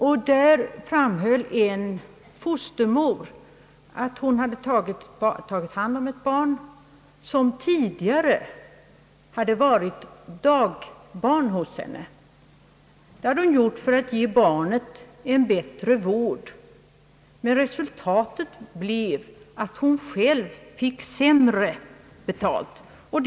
En fostermor framhöll för mig att hon tagit hand om ett barn som tidigare hade varit dagbarn hos henne. Det hade hon gjort för att barnet skulle få bättre vård. Men resultatet för hennes del blev att hon fick sämre betalt för sin insats.